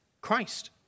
Christ